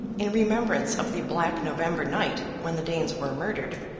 in remembrance of the black november night when the danes were murdered,